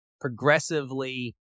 progressively